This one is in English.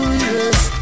yes